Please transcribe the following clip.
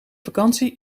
vakantie